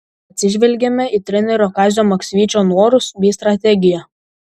atsižvelgėme į trenerio kazio maksvyčio norus bei strategiją